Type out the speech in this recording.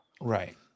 right